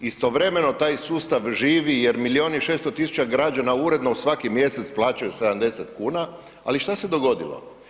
Istovremeno taj sustav živi jer milijun i 600 000 građana uredno svaki mjesec plaćaju 70 kn ali što se dogodilo?